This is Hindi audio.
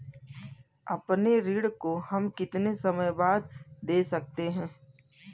अपने ऋण को हम कितने समय बाद दे सकते हैं?